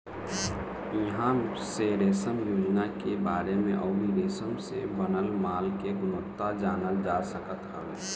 इहां से रेशम योजना के बारे में अउरी रेशम से बनल माल के गुणवत्ता जानल जा सकत हवे